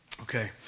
Okay